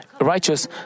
righteous